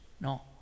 No